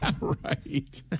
Right